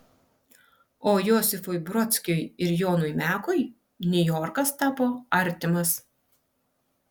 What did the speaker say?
o josifui brodskiui ir jonui mekui niujorkas tapo artimas